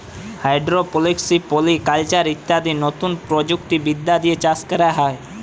hydroponics, polyculture ইত্যাদি লতুন প্রযুক্তি বিদ্যা দিয়ে চাষ ক্যরা হ্যয়